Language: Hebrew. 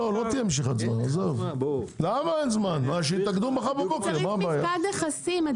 צריך מפקד נכסים.